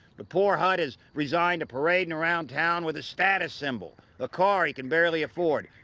but poor hud is resigned to parading around town with a status symbol a car he can barely afford,